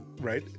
Right